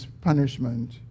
punishment